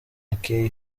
aka